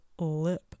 lip